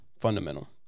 fundamental